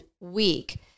Week